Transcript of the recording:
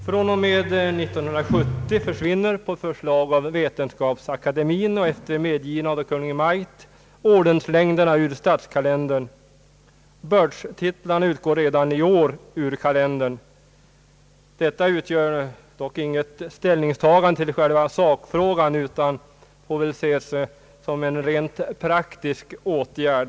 Från och med 1970 försvinner på förslag av Vetenskapsakademien och efter medgivande av Kungl. Maj:t ordenslängderna ur statskalendern. Bördstitlarna utgår redan i år ur kalendern. Detta utgör dock inte något ställningstagande till själva sakfrågan utan får väl ses som en rent praktisk åtgärd.